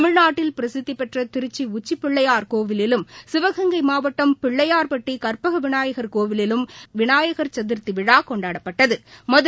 தமிழ்நாட்டில் பிரசித்திபெற்றதிருச்சிஉச்சிப்பிள்ளையார் கோவிலிலும் சிவகங்கை மாவட்டம் பிள்ளையாா்பட்டிகற்பகவிநாயகா் கோவிலிலும் விநாயகா் சதுர்த்திவிழாகொண்டாடப்பட்டது